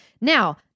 Now